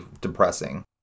depressing